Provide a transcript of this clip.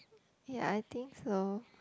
ya I think so